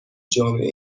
جامعه